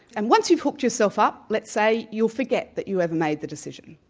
and once you've hooked yourself up, let's say you'll forget that you ever made the decision.